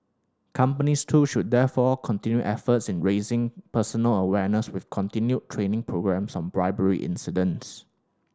companies too should therefore continue efforts in raising personal awareness with continued training programmes on bribery incidents